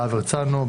להב הרצנו,